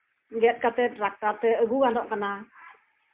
ᱜᱮᱛ ᱠᱟᱛᱮᱜ ᱴᱨᱟᱠᱴᱟᱨᱛᱮ ᱟᱹᱜᱩ ᱜᱟᱱᱚᱜ ᱠᱟᱱᱟ